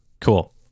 Cool